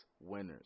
winners